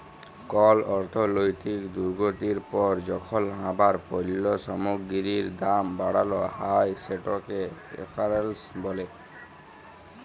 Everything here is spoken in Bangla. কল অর্থলৈতিক দুর্গতির পর যখল আবার পল্য সামগ্গিরির দাম বাড়াল হ্যয় সেটকে রেফ্ল্যাশল ব্যলে